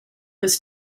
was